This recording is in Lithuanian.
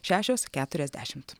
šešios keturiasdešimt